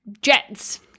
jets